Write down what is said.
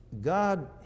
God